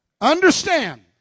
Understand